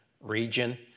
region